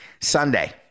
Sunday